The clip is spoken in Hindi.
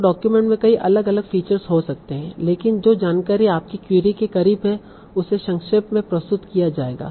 तों डॉक्यूमेंट में कई अलग अलग फ़ीचर्स हो सकते हैं लेकिन जो जानकारी आपकी क्वेरी के करीब है उसे संक्षेप में प्रस्तुत किया जाएगा